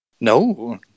No